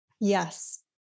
Yes